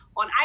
on